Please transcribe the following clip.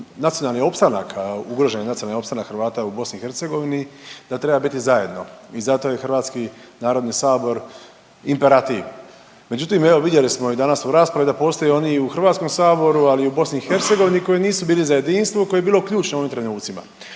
nacionalni opstanak, a ugrožen je nacionalni opstanak Hrvata u BiH da treba biti zajedno i zato je Hrvatski narodni sabor imperativ. Međutim evo vidjeli smo i danas u raspravi da postoje i oni i u HS, ali i u BiH koji nisu bili za jedinstvo koje je bilo ključno u onim trenucima.